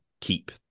keep